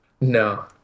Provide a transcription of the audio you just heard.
No